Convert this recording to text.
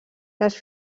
les